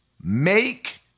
make